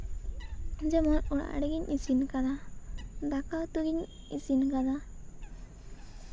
ᱤᱧ ᱡᱮᱢᱚᱱ ᱚᱲᱟᱜ ᱨᱮᱜᱤᱧ ᱤᱥᱤᱱ ᱟᱠᱟᱫᱟ ᱫᱟᱠᱟ ᱩᱛᱩ ᱜᱤᱧ ᱤᱥᱤᱱ ᱟᱠᱟᱫᱟ